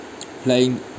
playing